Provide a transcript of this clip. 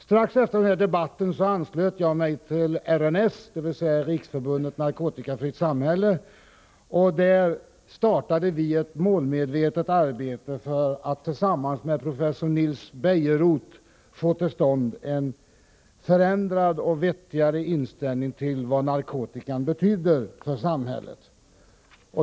Strax efter denna debatt anslöt jag mig till RNS, dvs. Riksförbundet narkotikafritt samhälle. Där startade vi ett målmedvetet arbete för att tillsammans med professor Nils Bejerot få till stånd en förändrad och vettigare inställning till vad narkotikan betydde för samhället.